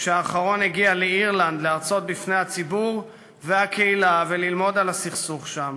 כשהאחרון הגיע לאירלנד להרצות בפני הציבור והקהילה וללמוד על הסכסוך שם,